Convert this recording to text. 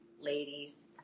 ladies